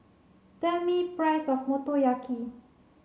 tell me price of Motoyaki